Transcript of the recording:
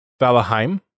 Valheim